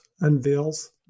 unveils